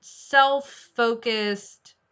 self-focused